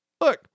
Look